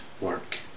work